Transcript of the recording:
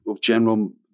general